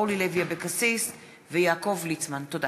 אורלי לוי אבקסיס ויעקב ליצמן בנושא: אי-הכנסת